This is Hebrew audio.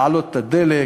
להעלות את מחיר הדלק,